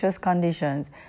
conditions